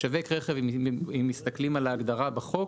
משווק רכב אם מסתכלים על ההגדרה בחוק,